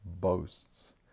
boasts